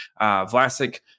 Vlasic